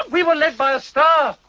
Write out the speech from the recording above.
um we were led by a star!